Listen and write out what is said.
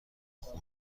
خرد